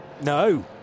No